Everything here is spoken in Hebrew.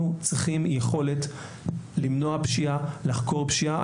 אנחנו צריכים יכולת למנוע פשיעה ולחקור פשיעה.